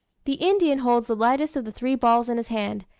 the indian holds the lightest of the three balls in his hand,